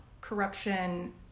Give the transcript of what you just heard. corruption